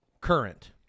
current